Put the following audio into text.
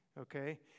okay